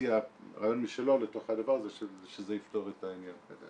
הציע רעיון משלו לתוך הדבר הזה שזה יפתור את העניין.